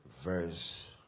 Verse